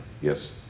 Yes